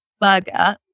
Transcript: Burger